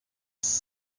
weekly